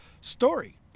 story